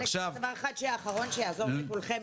אלכס, דבר אחד אחרון שיעזור לכולכם.